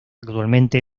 actualmente